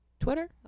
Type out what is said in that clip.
Twitter